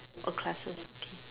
a class okay